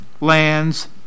lands